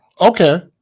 okay